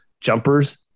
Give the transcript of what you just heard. jumpers